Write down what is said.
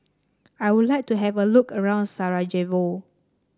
I would like to have a look around Sarajevo